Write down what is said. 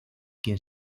quien